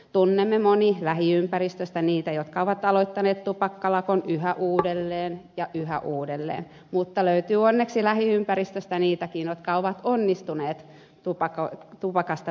tunnemme moni lähiympäristöstä niitä jotka ovat aloittaneet tupakkalakon yhä uudelleen ja yhä uudelleen mutta löytyy onneksi lähiympäristöstä niitäkin jotka ovat onnistuneet tupakasta pääsemään eroon